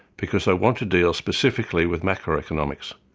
because i want to deal specifically with macroeconomics,